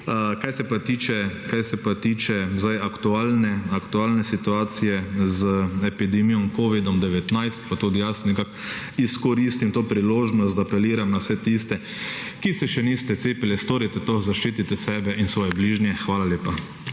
Kar se pa tiče zdaj aktualne situacije z epidemijo covid-19 pa tudi jaz nekako izkoristim to priložnost, da apeliram na vse tiste, ki se še niste cepili, storite to, zaščitite sebe in svoje bližnje. Hvala lepa.